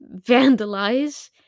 vandalize